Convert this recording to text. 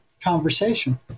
conversation